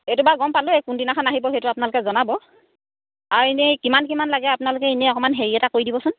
এইটো বাৰু গম পালোঁৱে কোন দিনাখন আহিব সেইটো আপোনালোকে জনাব আৰু এনেই কিমান কিমান লাগে আপোনালোকে এনেই অকণমান হেৰি এটা কৰি দিবচোন